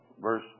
Verse